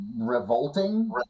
revolting